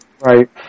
Right